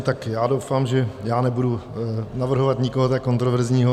Tak doufám, že já nebudu navrhovat nikoho tak kontroverzního.